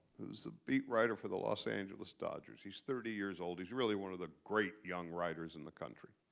who's the beat writer for the los angeles dodgers. he's thirty years old. he's really one of the great young writers in the country.